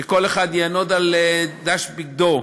שכל אחד יענוד על דש בגדו,